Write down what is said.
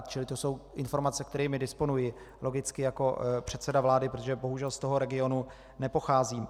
Čili to jsou informace, kterými disponuji logicky jako předseda vlády, protože bohužel z toho regionu nepocházím.